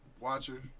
watcher